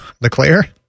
LeClaire